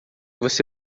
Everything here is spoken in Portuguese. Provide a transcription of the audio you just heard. você